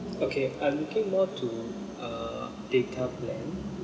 okay I'm looking more to uh data plan